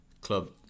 club